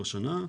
השנה.